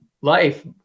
life